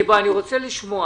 מיקי, אני רוצה לשמוע.